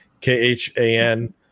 K-H-A-N